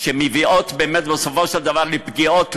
שמביאות באמת בסופו של דבר לפגיעות,